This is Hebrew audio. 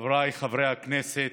חבריי חברי הכנסת,